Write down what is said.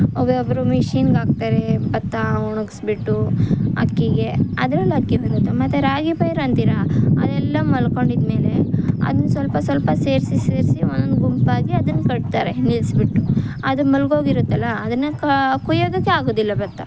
ಒಬ್ರೊಬ್ಬರು ಮಿಷಿನ್ಗೆ ಹಾಕ್ತಾರೆ ಭತ್ತ ಒಣಗಿಸ್ಬಿಟ್ಟು ಅಕ್ಕಿಗೆ ಅದ್ರಲ್ಲಿ ಅಕ್ಕಿ ಬರುತ್ತೆ ಮತ್ತೆ ರಾಗಿ ಪೈರು ಅಂತೀರ ಅದೆಲ್ಲ ಮಲ್ಕೊಂಡಿದ್ಮೇಲೆ ಅದ್ನ ಸ್ವಲ್ಪ ಸ್ವಲ್ಪ ಸೇರಿಸಿ ಸೇರಿಸಿ ಒಂದೊಂದು ಗುಂಪಾಗಿ ಅದನ್ನ ಕಟ್ತಾರೆ ನಿಲ್ಲಿಸ್ಬಿಟ್ಟು ಅದು ಮಲಗೋಗಿರುತ್ತಲ್ಲ ಅದನ್ನು ಕ ಕುಯ್ಯೋದಕ್ಕೆ ಆಗೋದಿಲ್ಲ ಭತ್ತ